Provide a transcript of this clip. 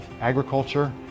agriculture